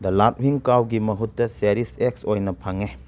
ꯗ ꯂꯥꯐꯤꯡ ꯀꯥꯎꯒꯤ ꯃꯍꯨꯠꯇ ꯆꯦꯔꯤꯁ ꯑꯦꯛꯁ ꯑꯣꯏꯅ ꯐꯪꯉꯦ